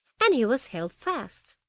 and he was held fast.